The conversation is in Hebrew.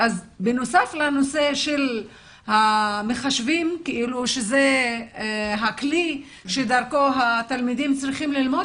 בנוסף למחשבים שזה הכלי דרכו התלמידים צריכים ללמוד,